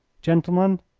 gentlemen,